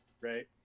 right